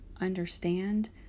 understand